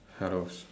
hellos